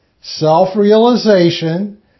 Self-realization